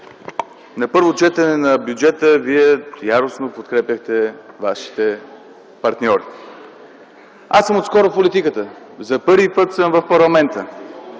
На първо четене на бюджета Вие яростно подкрепяхте вашите партньори. Аз съм отскоро в политиката, за първи път съм в парламента.